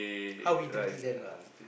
how we think till then lah